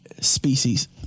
species